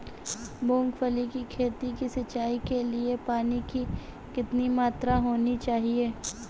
मूंगफली की खेती की सिंचाई के लिए पानी की कितनी मात्रा होनी चाहिए?